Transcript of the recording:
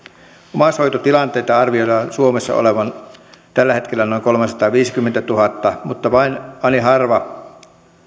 omaishoitotilanteita arvioidaan suomessa olevan tällä hetkellä noin kolmesataaviisikymmentätuhatta mutta vain ani harva